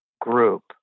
group